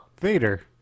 vader